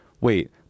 wait